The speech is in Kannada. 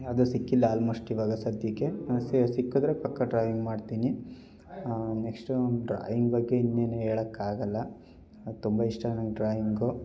ಯಾವ್ದೂ ಸಿಕ್ಕಿಲ್ಲ ಆಲ್ಮೋಸ್ಟ್ ಈವಾಗ ಸದ್ಯಕ್ಕೆ ಸಿಕ್ಕಿದ್ರೆ ಪಕ್ಕ ಡ್ರಾಯಿಂಗ್ ಮಾಡ್ತೀನಿ ನೆಕ್ಸ್ಟು ಡ್ರಾಯಿಂಗ್ ಬಗ್ಗೆ ಇನ್ನೇನೂ ಹೇಳೋಕ್ಕಾಗೋಲ್ಲ ತುಂಬ ಇಷ್ಟ ನನ್ಗೆ ಡ್ರಾಯಿಂಗು